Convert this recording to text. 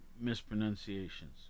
mispronunciations